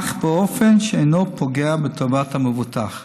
אך באופן שאינו פוגע בטובת המבוטח,